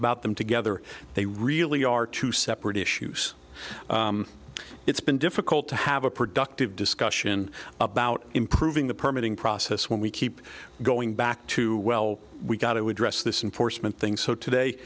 about them together they really are two separate issues it's been difficult to have a productive discussion about improving the permitting process when we keep going back to well we got it we dress this in foresman thing so today